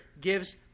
gives